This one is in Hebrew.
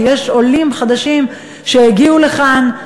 יש עולים חדשים שהגיעו לכאן,